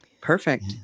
Perfect